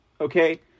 Okay